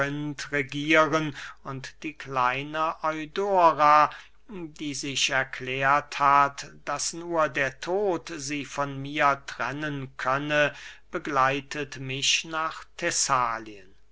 regieren und die kleine eudora die sich erklärt hat daß nur der tod sie von mir trennen könne begleitet mich nach